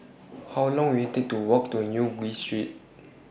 How Long Will IT Take to Walk to New Street